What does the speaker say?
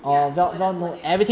ya so 我 just 问你 lah